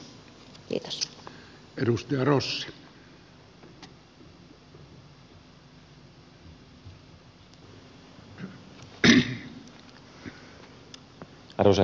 arvoisa herra puhemies